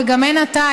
וגם אין עתה,